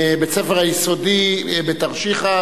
מבית-הספר היסודי בתרשיחא.